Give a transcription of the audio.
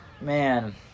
Man